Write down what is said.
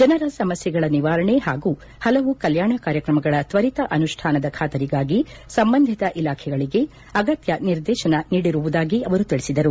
ಜನರ ಸಮಸ್ವೆಗಳ ನಿವಾರಣೆ ಹಾಗೂ ಹಲವು ಕಲ್ನಾಣ ಕಾರ್ಯಕ್ರಮಗಳ ತ್ವರಿತ ಅನುಷ್ನಾನದ ಬಾತರಿಗಾಗಿ ಸಂಬಂಧಿತ ಇಲಾಖೆಗಳಿಗೆ ಅಗತ್ಯ ನಿರ್ದೇಶನಗಳನ್ನು ನೀಡಿರುವುದಾಗಿ ಅವರು ತಿಳಿಸಿದರು